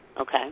Okay